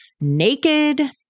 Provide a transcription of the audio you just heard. naked